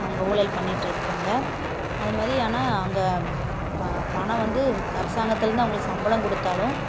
அவங்க ஊழல் பண்ணிட்டுருக்கிறாங்க அதுமாதிரி ஆனால் அங்கே ப பணம் வந்து அரசாங்கத்துலேருந்து அவங்களுக்கு சம்பளம் கொடுத்தாலும்